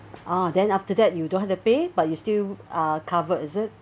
ah then after that you don't have to pay but you still uh covered is it